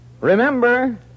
Remember